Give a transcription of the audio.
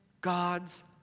God's